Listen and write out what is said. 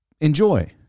Enjoy